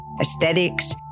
aesthetics